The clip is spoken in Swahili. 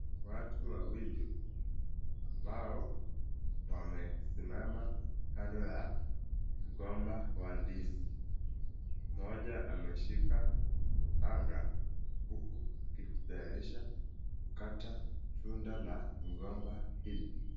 Watu wawili ambao wamesimama kando ya mgomba wa ndizi. Moja ameshika panga huku ajitayarishe kukata tunda la mgomba hili.